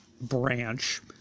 branch